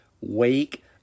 wake